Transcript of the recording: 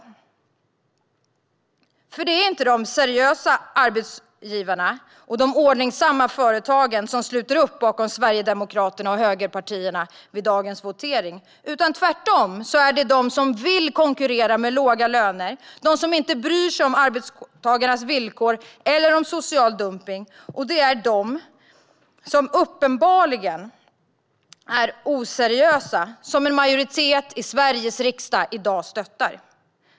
Det är nämligen inte de seriösa arbetsgivarna och de ordningsamma företagen som sluter upp bakom Sverigedemokraterna och högerpartierna vid dagens votering, utan tvärtom är det de som vill konkurrera med låga löner, de som inte bryr sig om arbetstagarnas villkor eller om social dumpning. Det är de uppenbart oseriösa som en majoritet i Sveriges riksdag i dag stöttar.